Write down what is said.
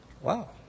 Wow